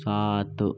सात